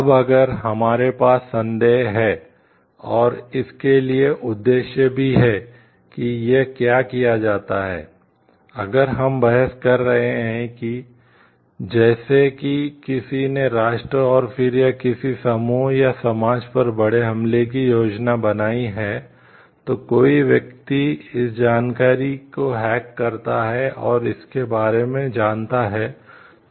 अब अगर हमारे पास संदेह है और इसके लिए उद्देश्य भी है कि यह क्या किया जाता है अगर हम बहस कर रहे हैं जैसे कि किसी ने राष्ट्र और फिर या किसी समूह या समाज पर बड़े हमले की योजना बनाई है तो कोई व्यक्ति इस जानकारी को हैक करता है और इसके बारे में जानता है